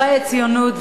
זוהי הציונות,